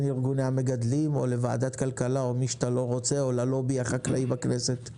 ארגוני המגדלים או לוועדת הכלכלה או ללובי החקלאי בכנסת.